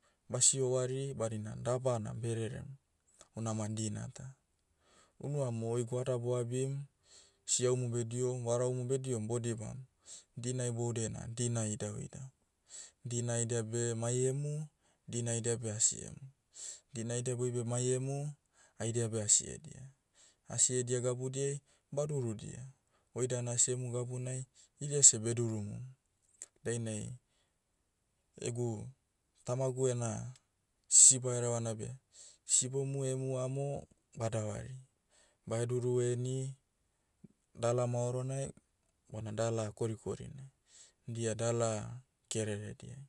Basio wari badina daba na beh rerem. Houna ma dina ta. Unu amo oi goada boabim, siahumu bedihom varaumu bedihom bodibam, dina iboudiai na dina idauidau. Dina haidia beh mai emu, dina haidia beh asiemu. Dina haidia beh oibe mai emu, haidia beh asi edia. Asi edia gabudiai, badurudia. Oi dan asemu gabunai, idia seh bedurumum. Dainai, egu, tamagu ena, sisiba herevana beh, sibomu emu amo, badavari. Baheduru heni, dala maoronai, bona dala korikorinai. Dia dala, kererediai.